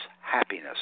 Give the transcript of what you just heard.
happiness